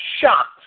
shocked